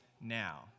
now